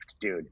dude